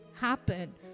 happen